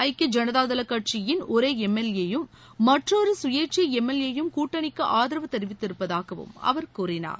ஐக்கிய ஜனதா தள் கட்சியிள் ஒரே எம்எல்ஏ யும் மற்றொரு சுயேட்சை எம்எல்ஏ யும் கூட்டணிக்கு ஆதரவு தெரிவித்திருப்பதாகவும் அவர் கூறினார்